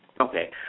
Okay